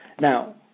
Now